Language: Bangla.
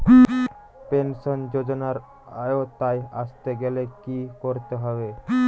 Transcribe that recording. পেনশন যজোনার আওতায় আসতে গেলে কি করতে হবে?